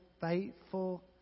faithful